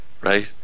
Right